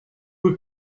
were